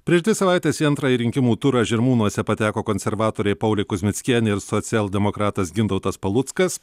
prieš dvi savaites į antrąjį rinkimų turą žirmūnuose pateko konservatorė paulė kuzmickienė ir socialdemokratas gintautas paluckas